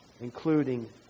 including